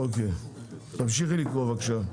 אוקיי תמשיכי לקרוא בבקשה.